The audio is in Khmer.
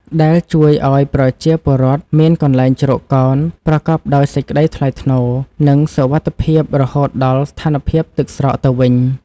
ដែលជួយឱ្យប្រជាពលរដ្ឋមានកន្លែងជ្រកកោនប្រកបដោយសេចក្តីថ្លៃថ្នូរ និងសុវត្ថិភាពរហូតដល់ស្ថានភាពទឹកស្រកទៅវិញ។